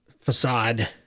facade